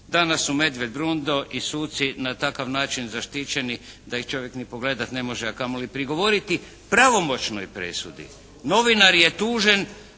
Danas su medved Brundo i suci na takav način zaštićeni da ih čovjek ni pogledati ne može a kamoli prigovoriti pravomoćnoj presudi. …/Upadica se